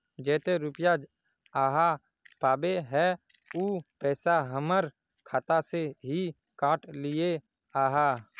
जयते रुपया आहाँ पाबे है उ पैसा हमर खाता से हि काट लिये आहाँ?